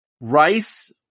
Rice